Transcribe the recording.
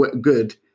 good